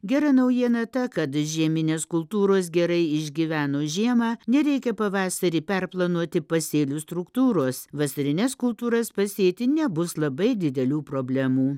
gera naujiena ta kad žieminės kultūros gerai išgyveno žiemą nereikia pavasarį perplanuoti pasėlių struktūros vasarines kultūras pasėti nebus labai didelių problemų